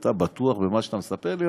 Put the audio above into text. אתה בטוח במה שאתה מספר לי?